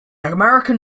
american